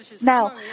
Now